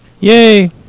Yay